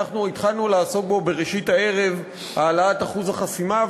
שהתחלנו לעסוק בו בראשית הערב: העלאת אחוז החסימה,